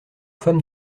femmes